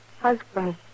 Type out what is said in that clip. husband